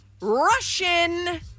Russian